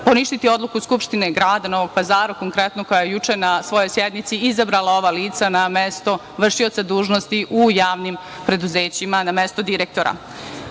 poništiti odluku Skupštine grada Novog Pazara, konkretno, koja je juče na svojoj sednici izabrala ova lica na mesto vršioca dužnosti u javnim preduzećima, na mestu direktora. Drugo